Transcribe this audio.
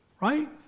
right